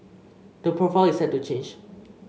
the profile is set to change